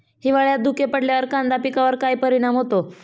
हिवाळ्यात धुके पडल्यावर कांदा पिकावर काय परिणाम होतो?